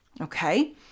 okay